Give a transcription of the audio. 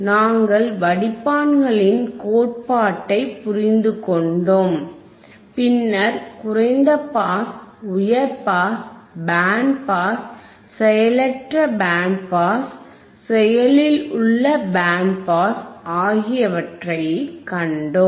நாங்கள் வடிப்பான்களின் கோட்பாட்டை புரிந்துகொண்டோம் பின்னர் குறைந்த பாஸ் உயர் பாஸ் பேண்ட் பாஸ் செயலற்ற பேண்ட் பாஸ் செயலில் உள்ள பேண்ட் பாஸ் ஆகியவற்றைக் கண்டோம்